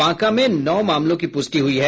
बांका में नौ मामलों की पुष्टि हुई है